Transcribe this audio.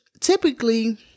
Typically